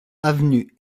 avenue